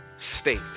state